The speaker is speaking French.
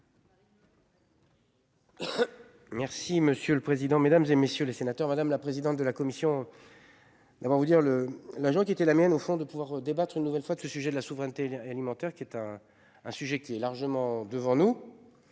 Merci monsieur le président, Mesdames, et messieurs les sénateurs, madame la présidente de la commission. D'abord vous dire le l'agent qui était la mienne au fond de pouvoir débattre, une nouvelle fois le sujet de la souveraineté alimentaire qui est un, un sujet qui est largement devant nous.